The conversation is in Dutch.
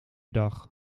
dag